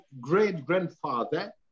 great-grandfather